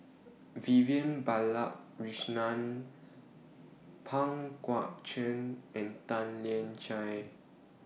Vivian Balakrishnan Pang Guek Cheng and Tan Lian Chye